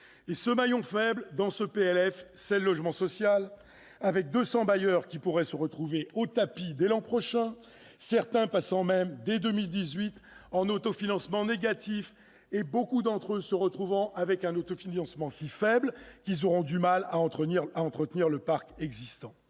ce maillon faible, dans ce PLF, c'est le logement social, avec 200 bailleurs qui pourraient se retrouver au tapis dès l'an prochain. Certains seront même, dès 2018, en autofinancement négatif, et beaucoup d'autres en autofinancement si faible qu'ils auront du mal à entretenir le parc existant.